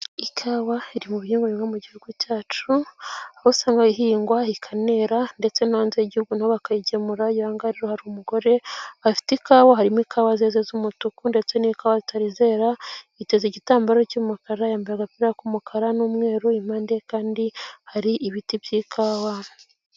Ikawa iri mu bihingwa bihingwa mu gihugu cyacu, aho usanga ihingwa, ikanera ndetse no hanze yigihugu naho bakayigemura, hirya aha ngaha rero hari umugore, afite ikawa harimo ikawa zeze z'umutuku ndetse n'ikawa zitari zera, yiteze igitambaro cy'umukara, yambaye agapira k'umukara n'umweru, impande ye kandi hari ibiti by'ikawa.